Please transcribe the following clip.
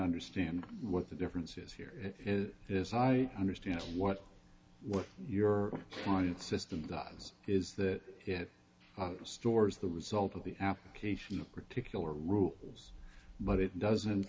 understand what the difference is here as i understand what what your client system dives is that it stores the result of the application of particular rules but it doesn't